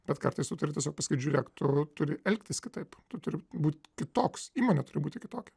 bet kartais tu turi tiesiog pasakyt žiūrėk tu turi elgtis kitaip tu turi būt kitoks įmonė turi būti kitokia